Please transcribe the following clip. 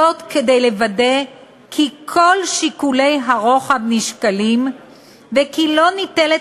כדי לוודא כי כל שיקולי הרוחב נשקלים וכי לא ניטלת